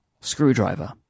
screwdriver